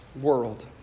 world